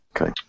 Okay